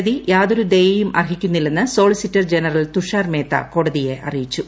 പ്രതി യാതൊരു ദയയും അർഹിക്കുന്നില്ലെന്ന് സോളിസിറ്റർ ജനറൽ തുഷാർ മേത്ത കോടതിയെ അറിയിച്ചു